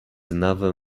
another